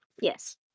Yes